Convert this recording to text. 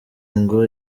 ingo